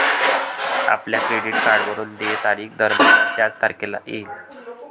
आपल्या क्रेडिट कार्डवरून देय तारीख दरमहा त्याच तारखेला येईल